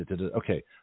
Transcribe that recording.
Okay